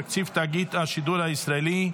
תקציב תאגיד השידור הישראלי),